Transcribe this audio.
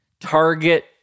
target